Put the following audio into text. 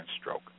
stroke